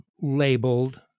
labeled